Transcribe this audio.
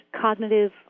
cognitive